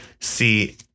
see